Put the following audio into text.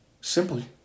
simply